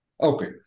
okay